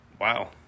wow